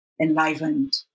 enlivened